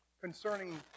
concerning